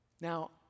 Now